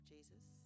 Jesus